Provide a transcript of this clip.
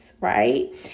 right